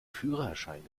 führerschein